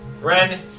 Ren